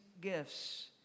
gifts